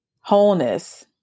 wholeness